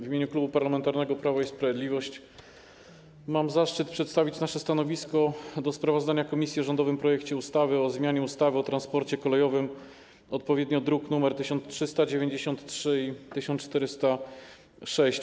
W imieniu Klubu Parlamentarnego Prawo i Sprawiedliwość mam zaszczyt przedstawić nasze stanowisko dotyczące sprawozdania komisji o rządowym projekcie ustawy o zmianie ustawy o transporcie kolejowym, druki nr 1393 i 1406.